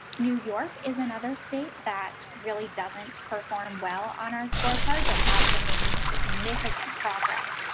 new york is another state that really doesn't perform well on our scorecard, but has been making significant progress.